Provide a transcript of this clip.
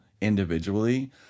individually